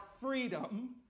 freedom